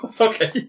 Okay